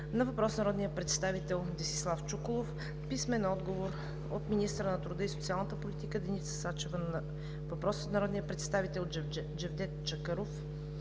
на въпрос от народния представител Десислав Чуколов; - министъра на труда и социалната политика Деница Сачева на въпрос от народния представител Джевдет Чакъров;